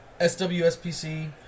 SWSPC